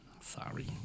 Sorry